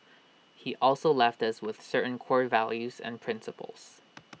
he also left us with certain core values and principles